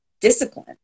discipline